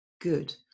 good